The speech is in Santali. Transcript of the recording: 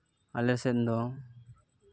ᱟᱞᱮ ᱥᱮᱫ ᱫᱚ